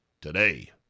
today